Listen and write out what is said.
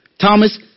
Thomas